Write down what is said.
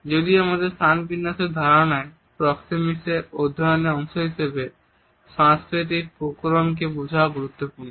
যদিও আমাদের স্থান বিন্যাসের ধারণায় প্রক্সেমিকস এর অধ্যয়নের অংশ হিসেবে সাংস্কৃতিক প্রকরণকে বোঝাও গুরুত্বপূর্ণ